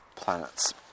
planets